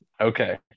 Okay